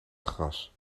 gras